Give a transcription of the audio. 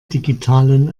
digitalen